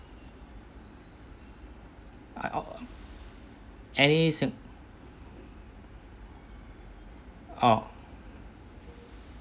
I oh any oh